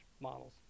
models